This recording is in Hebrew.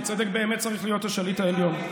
הצדק באמת צריך להיות השליט העליון.